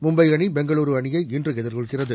மும்பை அணி பெங்களூரு அணியை இன்று எதிர்கொள்கிறது